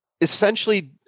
essentially